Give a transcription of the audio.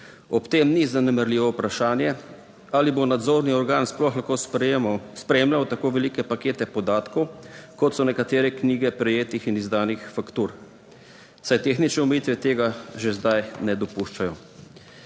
Ob tem ni zanemarljivo vprašanje ali bo nadzorni organ sploh lahko spremljal tako velike pakete podatkov kot so nekatere knjige prejetih in izdanih faktur, saj tehnične omejitve tega že zdaj ne dopuščajo.